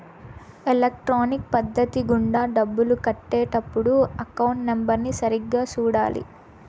electronic పద్ధతి గుండా డబ్బులు కట్టే టప్పుడు అకౌంట్ నెంబర్ని సరిగ్గా సూడాలి